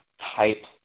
type